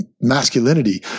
masculinity